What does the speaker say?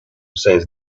says